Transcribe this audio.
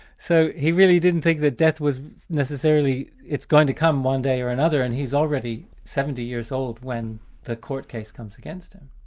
so he really didn't think that death was necessarily. it's going to come one day or another, and he's already seventy years old when the court case comes against him.